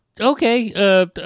okay